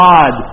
God